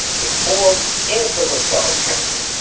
he falls into the side canyon,